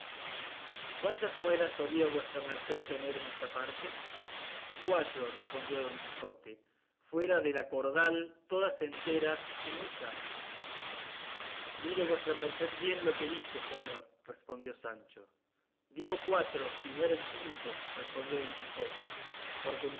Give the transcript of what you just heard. cuántas muelas solía vuestra merced tener en esta parte cuatro respondió don quijote fuera de la cordal todas enteras y muy sanas mire vuestra merced bien lo que dice señor respondió sancho digo cuatro si no eran cinco respondió don quijote porque